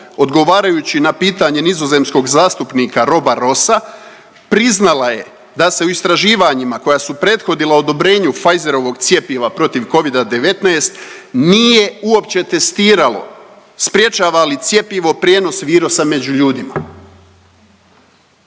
odgovarajući na pitanje nizozemskog zastupnika Roba Roosa priznala je da se u istraživanjima koja su prethodila odobrenju Pfizerovog cjepiva protiv Covida-19, nije uopće testiralo sprječava li cjepivo prijenos virusa među ljudima.